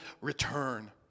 return